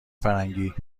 فرنگی